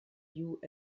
hugh